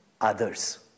others